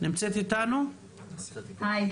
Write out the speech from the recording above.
נסיה,